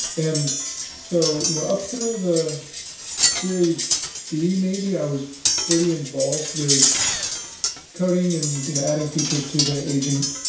and so you know up through the series b, maybe, i was pretty involved with coding and you know adding features to the agent.